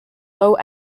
low